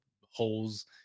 holes